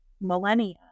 millennia